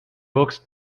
books